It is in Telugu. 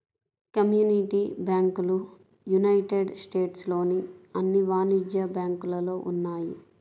కమ్యూనిటీ బ్యాంకులు యునైటెడ్ స్టేట్స్ లోని అన్ని వాణిజ్య బ్యాంకులలో ఉన్నాయి